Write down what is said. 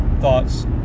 thoughts